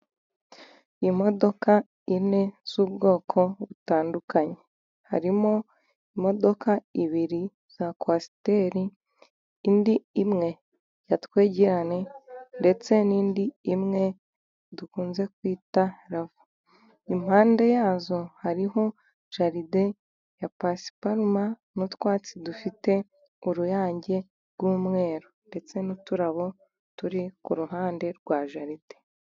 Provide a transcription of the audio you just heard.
Imodoka ine z'ubwoko butandukanye harimo imodoka ibiri za kwaiteri, indi imwe yatwegerane ndetse n'indi imwe dukunze kwita rava, impande yazo hariho jaride ya pasiparuma n'utwatsi dufite uruyange rw'umweru ndetse n'uturabo turi ku ruhande rwa jaride.